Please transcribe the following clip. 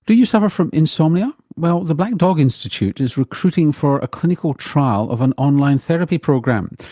do you suffer from insomnia? well, the black dog institute is recruiting for a clinical trial of an online therapy program.